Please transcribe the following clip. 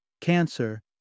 cancer